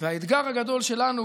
והאתגר הגדול שלנו,